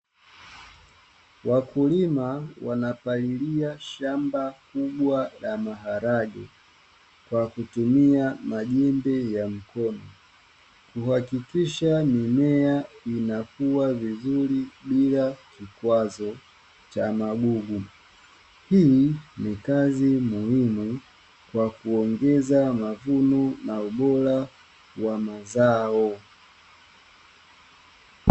Wakulima wanapangilia shamba kubwa la maharage kwa kutumia majembe ya mkono kuhakikisha mimea inakuwa vizuri bila kikwazo cha magugu, hii ni kazi muhimu kwa kuongeza mavuno na ubora wa mazao